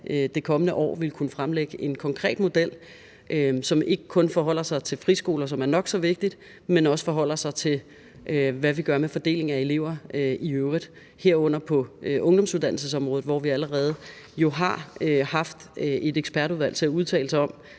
det kommende år vil kunne fremlægge en konkret model, som ikke kun forholder sig til friskoler, hvilket er nok så vigtigt, men også forholder sig til, hvad vi gør med fordelingen af elever i øvrigt, herunder på ungdomsuddannelsesområdet, hvor vi jo allerede har haft et ekspertudvalg til at udtale sig og